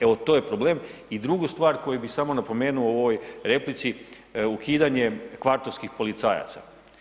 Evo to je problem i drugu stvar koju bi samo napomenuo u ovoj replici, ukidanje kvartovskih policajaca.